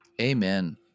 Amen